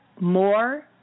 More